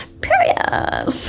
Period